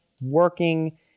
working